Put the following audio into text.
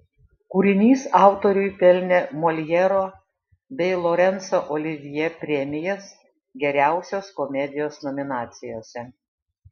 kūrinys autoriui pelnė moljero bei lorenco olivjė premijas geriausios komedijos nominacijose